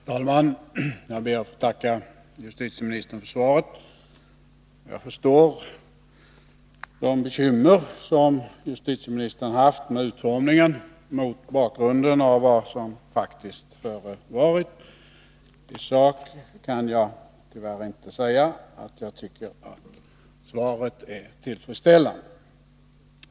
Herr talman! Jag ber att få tacka justitieministern för svaret. Jag förstår de bekymmer som justitieministern haft med utformningen, mot bakgrunden av vad som faktiskt förevarit. I sak kan jag tyvärr inte säga att jag tycker att svaret är tillfredsställande.